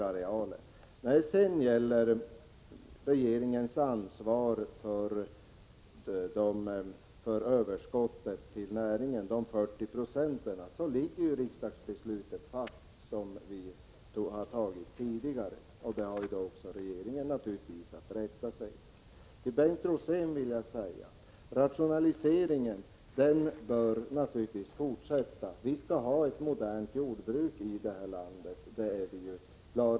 När det sedan gäller regeringens ansvar för överskottet inom näringen — 40 90 — står det beslut fast som vi tidigare har fattat. Det måste regeringen naturligtvis också rätta sig efter. Till Bengt Rosén vill jag säga att rationaliseringen naturligtvis bör fortsätta. Vi är klara över att vi skall ha ett modernt jordbruk i detta land.